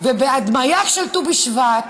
ובהדמיה של ט"ו בשבט